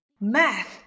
math